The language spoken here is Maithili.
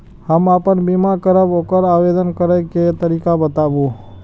हम आपन बीमा करब ओकर आवेदन करै के तरीका बताबु?